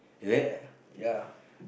ya ya